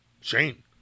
Shane